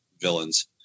villains